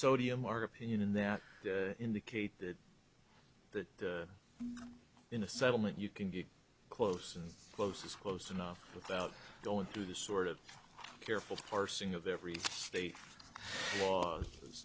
sodium our opinion in that indicate that that in a settlement you can get close and close is close enough without going through the sort of careful parsing of every state